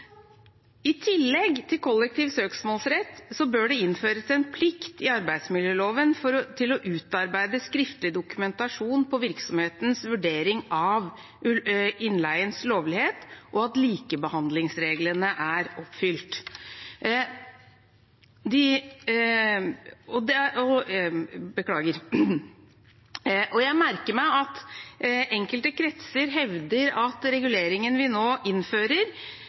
I tillegg til kollektiv søksmålsrett bør det innføres en plikt i arbeidsmiljøloven til å utarbeide skriftlig dokumentasjon på virksomhetens vurdering av innleiens lovlighet, og at likebehandlingsreglene er oppfylt. Jeg merker meg at enkelte kretser hevder at reguleringen vi nå innfører,